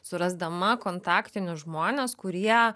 surasdama kontaktinius žmones kurie